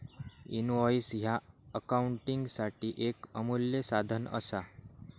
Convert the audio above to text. invoice ह्या अकाउंटिंगसाठी येक अमूल्य साधन असा